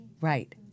Right